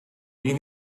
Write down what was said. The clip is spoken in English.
you